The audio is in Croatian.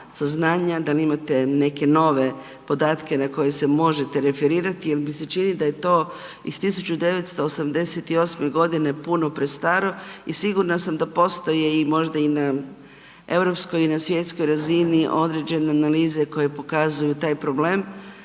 saznanja, da li imate neke nove podatke na koje se možete referirati jer mi se čini da je to iz 1988. g. puno prestaro i sigurna sam da postoje možda i na europskoj i na svjetskoj razini određene analize koje pokazuju taj problem.